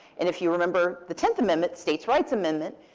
and if you remember the tenth amendment, states' rights amendment,